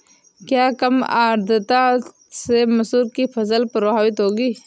क्या कम आर्द्रता से मसूर की फसल प्रभावित होगी?